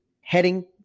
heading